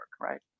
right